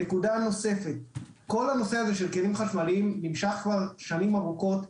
כל הנושא של כלים חשמליים נמשך שנים ארוכות.